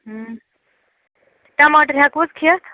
ٹماٹر ہٮ۪کو حظ کھٮ۪تھ